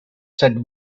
said